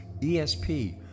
ESP